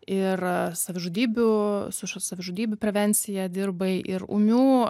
ir savižudybių su savižudybių prevencija dirbai ir ūmių